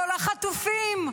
לא לחטופים,